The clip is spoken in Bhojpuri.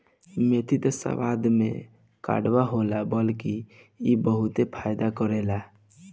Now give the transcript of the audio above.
मेथी त स्वाद में कड़वा होला बाकी इ बहुते फायदा करेला